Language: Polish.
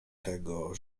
tego